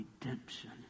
redemption